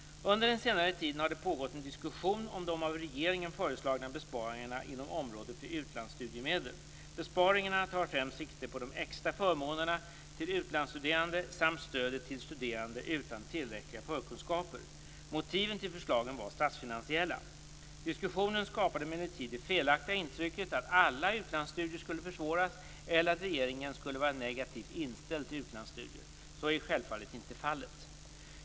Under den senare tiden har det pågått en diskussion om de av regeringen föreslagna besparingarna inom området för utlandsstudiemedel. Besparingarna tar främst sikte på de extra förmånerna till utlandsstuderande samt stödet till studerande utan tillräckliga förkunskaper. Motiven till förslagen var statsfinansiella. Diskussionen skapade emellertid det felaktiga intrycket att alla utlandsstudier skulle försvåras eller att regeringen skulle vara negativt inställd till utlandsstudier. Så är självfallet inte fallet.